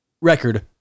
record